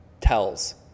tells